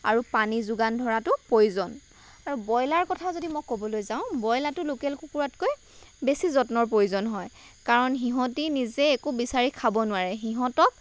আৰু পানী যোগান ধৰাটো প্ৰয়োজন আৰু ব্ৰইলাৰ কথা যদি মই ক'বলৈ যাওঁ ব্ৰইলাৰটো লোকেল কুকুৰাতকৈ বেছি যত্নৰ প্ৰয়োজন হয় কাৰণ সিহঁতি নিজে একো বিচাৰি খাব নোৱাৰে সিহঁতক